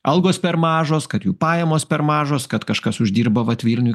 algos per mažos kad jų pajamos per mažos kad kažkas uždirba vat vilniuj